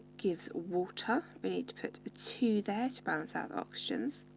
gives water. we need to put a two there to balance out the oxygens,